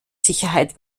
sicherheit